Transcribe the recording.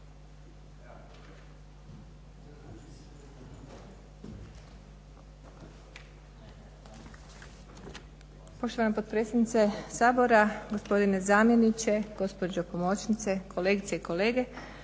Poštovana potpredsjednice Sabora, gospodine zamjeniče, gospođo pomoćnice, kolegice i kolege,